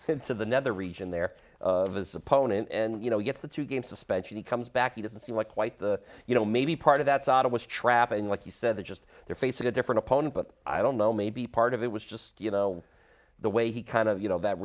nether region there his opponent and you know you get the two game suspension he comes back he doesn't seem like quite the you know maybe part of that saddam was trapping like you said they're just they're facing a different opponent but i don't know maybe part of it was just you know the way he kind of you know that